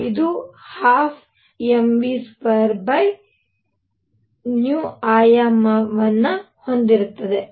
ಇದು 12mv2v ಆಯಾಮವನ್ನು ಹೊಂದಿರುತ್ತದೆ